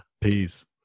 Peace